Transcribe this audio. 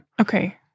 okay